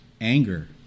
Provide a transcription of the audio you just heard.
anger